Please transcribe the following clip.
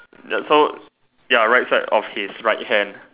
the so ya right side of his right hand